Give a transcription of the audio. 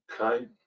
Okay